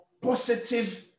positive